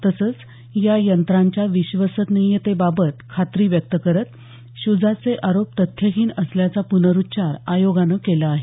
तसंच या यंत्रांच्या विश्वसनीयतेबाबत खात्री व्यक्त करत शुजाचे आरोप तथ्यहीन असल्याचा पुनरुच्चार आयोगानं केला आहे